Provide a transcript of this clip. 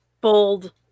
bold